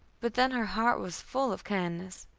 but then her heart was full of kindness.